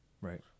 Right